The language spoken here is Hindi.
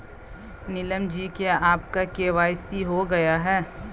नीलम जी क्या आपका के.वाई.सी हो गया है?